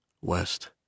West